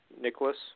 Nicholas